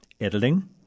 Editing